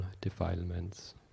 defilements